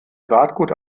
saatgut